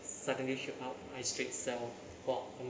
suddenly shoot up I straight sell what